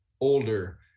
older